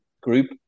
group